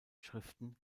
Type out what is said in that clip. schriften